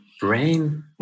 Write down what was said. brain